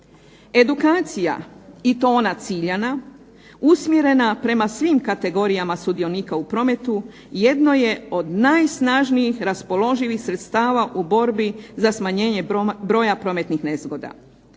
Edukacija i to ona ciljana, usmjerena prema svim kategorijama sudionika u prometu, jedno je od najsnažnijih raspoloživih sredstava u borbi za smanjenje broja prometnih nezgoda.